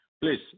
please